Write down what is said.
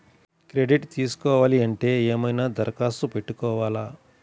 Credit తీసుకోవాలి అంటే ఏమైనా దరఖాస్తు పెట్టుకోవాలా?